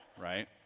right